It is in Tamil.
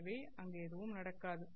எனவே அங்கு எதுவும் நடக்காது